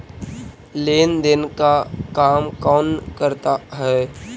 लेन देन का काम कौन करता है?